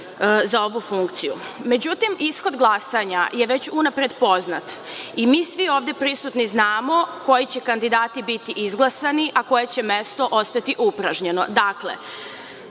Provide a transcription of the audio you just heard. za ovu funkciju.Međutim, ishod glasanja je već unapred poznat i mi svi ovde prisutni znamo koji će kandidati biti izglasani, a koje će mesto ostati upražnjeno. Dakle,